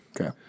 Okay